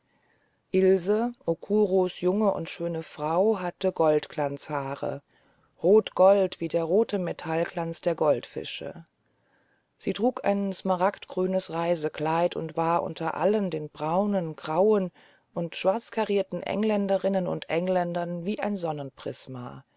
ilse okuros junge und schöne frau hatte goldglanzhaare goldrot wie der rote metallglanz der goldfische sie trug ein smaragdgrünes reisekleid und war unter allen den braunen grauen und schwarzkarierten engländerinnen und engländern wie ein